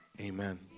Amen